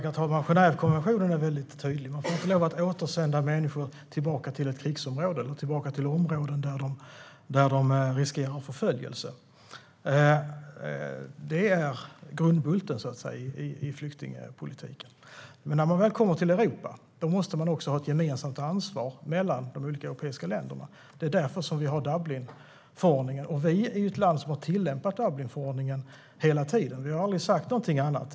Herr talman! Genèvekonventionen är väldigt tydlig: Man får inte återsända människor till ett krigsområde eller områden där de riskerar förföljelse. Det är grundbulten i flyktingpolitiken. Men när flyktingarna väl kommer till Europa måste de europeiska länderna ta ett gemensamt ansvar. Det är därför vi har Dublinförordningen. Och Sverige är ett land som har tillämpat Dublinförordningen hela tiden. Vi har aldrig sagt något annat.